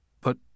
But